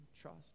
trust